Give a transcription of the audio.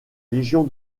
légion